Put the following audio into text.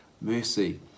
mercy